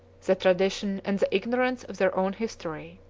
the tradition and the ignorance of their own history.